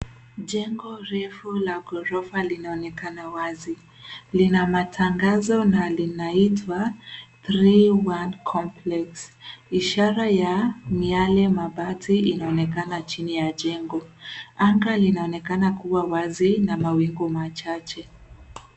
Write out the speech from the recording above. Jengo refu la ghorofa linaonekana wazi. Lina matangazo na linaitwa {cs}three one complex{cs}, ishara ya miale mabati inaonekana chini ya jengo. Anga linaonekana kuwa wazi na mawingu machache.